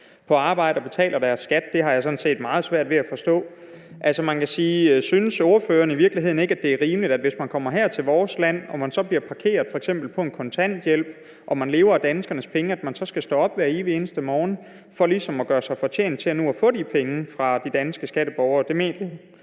på arbejde og betaler deres skat. Så det har jeg sådan set meget svært ved at forstå. Synes ordføreren i virkeligheden ikke, at det er rimeligt, at man, hvis man er kommet her til vores land og man f.eks. bliver parkeret på en kontanthjælp og man lever af danskernes penge, så også hver evig eneste morgen skal stå op og gøre noget for ligesom også at gøre sig fortjent til at få de penge fra de danske skatteborgere? Det mener vi